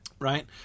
right